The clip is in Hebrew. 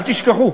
אל תשכחו,